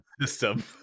system